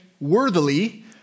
worthily